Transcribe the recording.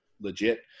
legit